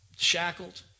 Shackled